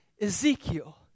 Ezekiel